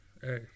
Hey